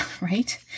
right